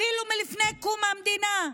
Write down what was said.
אפילו מלפני קום המדינה?